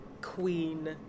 Queen